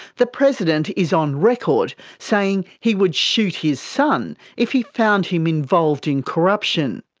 the president is on record saying he would shoot his son if he found him involved in corruption.